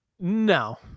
No